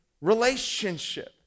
relationship